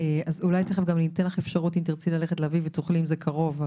אולי תכף גם ניתן לך אפשרות גם ללכת להביא את הדברים אם זה קרוב,